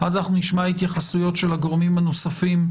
אז נשמע התייחסויות של הגורמים הנוספים,